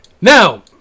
Now